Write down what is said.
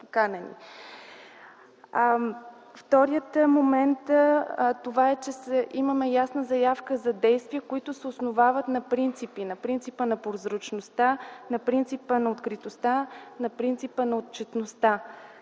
Вторият момент е, че има ясна заявка за действия, които се основават на принципи – принципът на прозрачността, принципът на откритостта, принципът на отчетността,